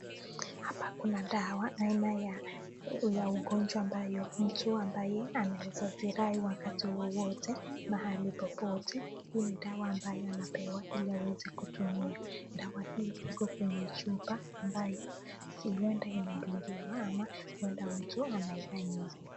Hapa kuna dawa aina ya ugonjwa ambaye mtu ambaye anaeza zirai wakati wowote, mahaoi popote, hii ni dawa ambayo anapewa ili aweze kutumia, dawa hii iko kwenye ambayo, huwa inadungiwa ama mtu anayanywa.